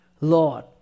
Lord